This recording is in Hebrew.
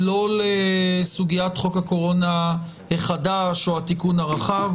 לא לסוגיית חוק הקורונה החדש או התיקון הרחב.